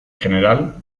general